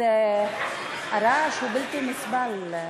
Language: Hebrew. הרעש הוא בלתי נסבל.